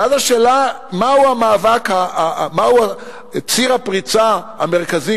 ואז השאלה היא: מהו ציר הפריצה המרכזי,